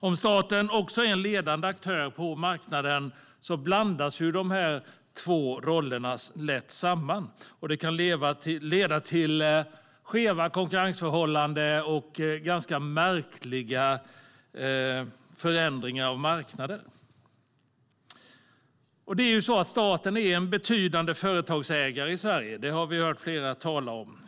Om staten också är en ledande aktör på marknaden blandas de två rollerna lätt samman, vilket kan leda till skeva konkurrensförhållanden och märkliga förändringar av marknader. Staten är en betydande företagsägare i Sverige, vilket vi har hört flera tala om.